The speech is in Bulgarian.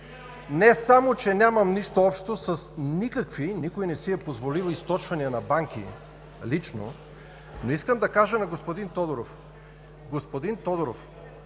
не само, че нямам нищо общо с никакви.. Никой не си е позволил източвания на банки лично, но искам да кажа на господин Тодоров: Господин Тодоров,